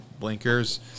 blinkers